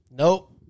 Nope